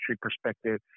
perspective